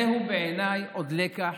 זהו בעיניי עוד לקח